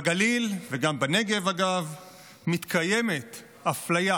בגליל וגם בנגב מתקיימת אפליה